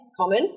common